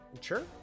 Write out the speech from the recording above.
Sure